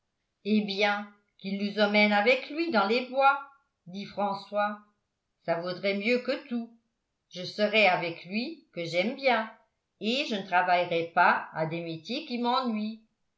eh bien qu'il nous emmène avec lui dans les bois dit françois ça vaudrait mieux que tout je serais avec lui que j'aime bien et je ne travaillerais pas à des métiers qui m'ennuient